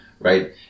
right